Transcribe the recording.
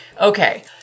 Okay